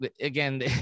again